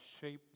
shaped